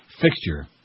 fixture